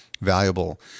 valuable